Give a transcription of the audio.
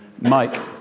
Mike